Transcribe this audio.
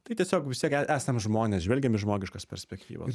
tai tiesiog vis tiek esam žmonės žvelgiam iš žmogiškos perspektyvos